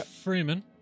Freeman